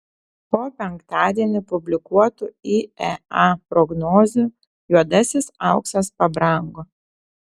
po penktadienį publikuotų iea prognozių juodasis auksas pabrango